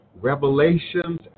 revelations